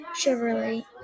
Chevrolet